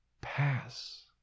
pass